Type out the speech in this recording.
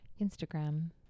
Instagram